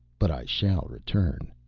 but i shall return.